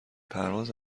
پرواز